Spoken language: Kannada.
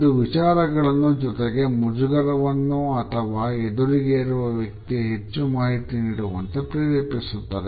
ಇದು ವಿಚಾರಗಳನ್ನು ಜೊತೆಗೆ ಮುಜುಗರವನ್ನು ಮತ್ತು ಎದುರಿಗೆ ಇರುವ ವ್ಯಕ್ತಿಯು ಹೆಚ್ಚು ಮಾಹಿತಿ ನೀಡುವಂತೆ ಪ್ರೇರೇಪಿಸುತ್ತದೆ